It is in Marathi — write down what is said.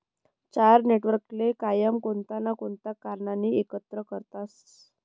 चार नेटवर्कले कायम कोणता ना कोणता कारणनी करता एकत्र करतसं